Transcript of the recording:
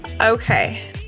Okay